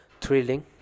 thrilling